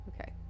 Okay